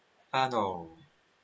uh okay